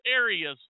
areas